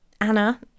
Anna